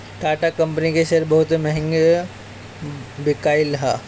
Tata company के share बहुते महंग बिकाईल हअ